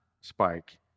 Spike